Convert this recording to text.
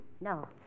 No